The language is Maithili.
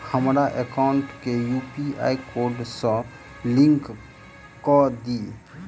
हमरा एकाउंट केँ यु.पी.आई कोड सअ लिंक कऽ दिऽ?